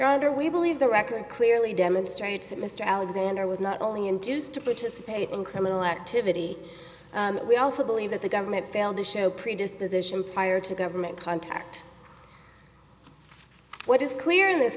yonder we believe the record clearly demonstrates that mr alexander was not only enthused to participate in criminal activity we also believe that the government failed to show predisposition fire to government contact what is clear in this